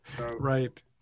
right